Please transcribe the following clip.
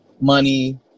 money